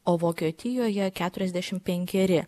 o vokietijoje keturiasdešimt penkeri